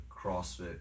crossfit